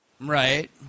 Right